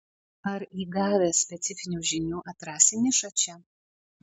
ar įgavęs specifinių žinių atrasi nišą čia